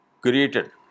created